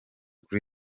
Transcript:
kuri